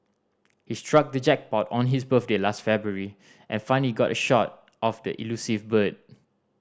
he struck the jackpot on his birthday last February and finally got a shot of the elusive bird